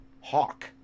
hawk